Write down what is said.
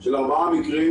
של ארבעה מקרים